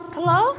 Hello